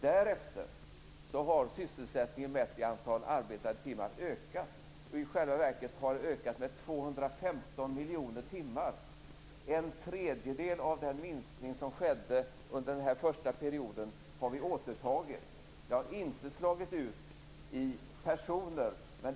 Därefter har sysselsättningen mätt i antalet arbetade timmar ökat. I själva verket har den ökat med 215 miljoner timmar. En tredjedel av den minskning som skedde under den första perioden har vi återtagit. Det har inte slagit ut i personer.